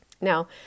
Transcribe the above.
Now